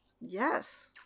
yes